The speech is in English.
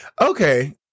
Okay